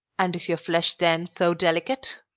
and is your flesh then so delicate?